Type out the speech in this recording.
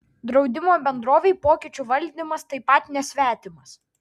draudimo bendrovei pokyčių valdymas taip pat nesvetimas